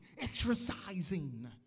exercising